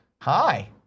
Hi